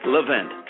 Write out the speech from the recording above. Levent